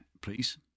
please